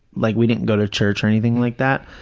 like we didn't go to church or anything like that,